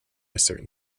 certain